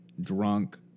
drunk